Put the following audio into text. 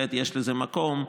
שבהחלט יש לזה מקום,